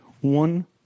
one